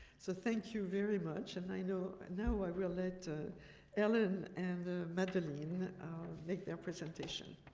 so thank you very much, and i know now i will let ah ellen and ah madeline make their presentation.